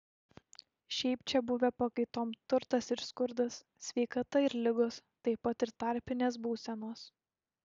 šiaip čia buvę pakaitom turtas ir skurdas sveikata ir ligos taip pat ir tarpinės būsenos